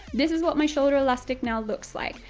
this is what my shoulder elastic now looks like.